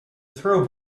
throw